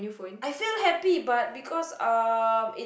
I feel happy but because um it's